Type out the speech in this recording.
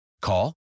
Call